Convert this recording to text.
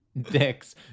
dicks